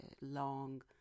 long